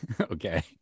Okay